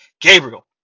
Gabriel